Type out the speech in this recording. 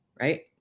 right